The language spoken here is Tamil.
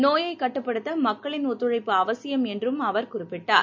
நோயைக் கட்டுப்படுத்தமக்களின் ஒத்துழைப்பு அவசியம் என்றும் அவர் கூறினார்